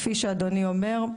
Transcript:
כפי שאדוני אומר,